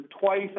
twice